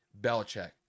Belichick